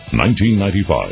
1995